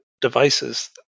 devices